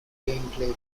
gameplay